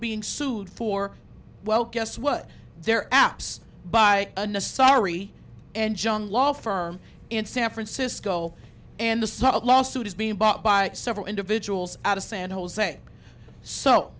being sued for well guess what their apps by unnecessary and junk law firm in san francisco and the sort of lawsuit is being bought by several individuals out of san jose so